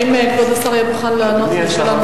האם כבוד השר יהיה מוכן לענות על שאלה נוספת?